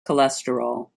cholesterol